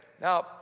now